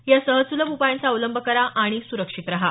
या सहज सुलभ उपायांचा अवलंब करा आणि सुरक्षित रहा